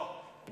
או,